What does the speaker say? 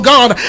God